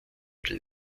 den